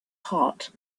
heart